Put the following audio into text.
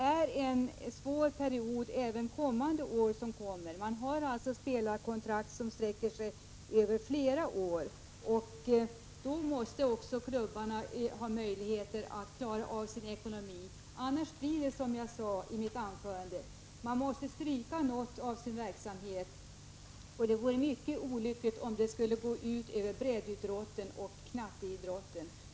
Även de kommande åren är en svår period. Man har ju spelarkontrakt som sträcker sig över flera år, och klubbarna måste också då ha möjligheter att klara av sin ekonomi. Annars måste man — som jag sade i mitt anförande — stryka något av sin verksamhet. Det vore mycket olyckligt om detta skulle gå ut över breddidrotten och knatteidrotten.